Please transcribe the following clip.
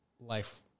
life